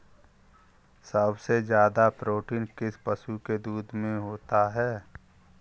सबसे ज्यादा प्रोटीन किस पशु के दूध में होता है?